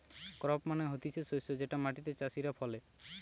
crop মানে হতিছে শস্য যেটা মাটিতে চাষীরা ফলে